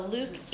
Luke